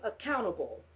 accountable